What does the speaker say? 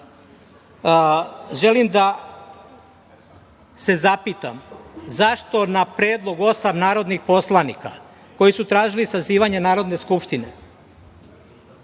želim da se zapitam zašto na predlog osam narodnih poslanika koji su tražili sazivanje Narodne skupštine